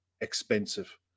expensive